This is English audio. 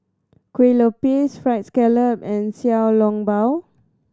Kueh Lopes Fried Scallop and Xiao Long Bao